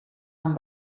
amb